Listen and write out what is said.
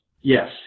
Yes